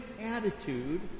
attitude